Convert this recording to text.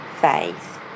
faith